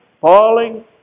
falling